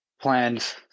plans